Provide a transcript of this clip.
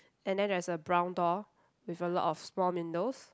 and then there's a brown door with a lot of small windows